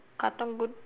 katong good